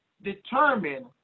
determine